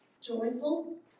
joyful